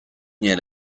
nie